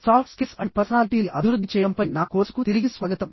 soft skills and పర్సనాలిటీని అభివృద్ధి చేయడంపై నా కోర్సుకు తిరిగి స్వాగతం